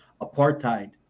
apartheid